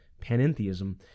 pantheism